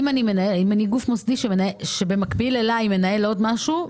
אם אני גוף מוסדי, ובמקביל אליי מנהל עוד משהו.